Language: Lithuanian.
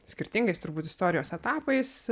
skirtingais turbūt istorijos etapais